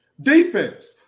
Defense